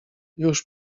już